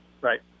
Right